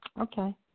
Okay